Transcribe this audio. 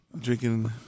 drinking